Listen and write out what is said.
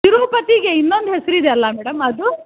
ತಿರುಪತಿಗೆ ಇನ್ನೊಂದು ಹೆಸರಿದೆ ಅಲ್ಲ ಮೇಡಮ್ ಅದು